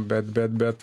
bet bet bet